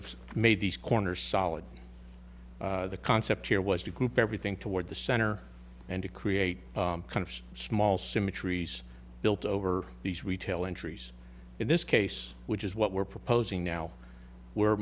of made these corners solid the concept here was to group everything toward the center and to create kind of small symmetries built over these retail entries in this case which is what we're proposing now we're